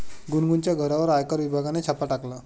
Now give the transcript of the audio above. गुनगुनच्या घरावर आयकर विभागाने छापा टाकला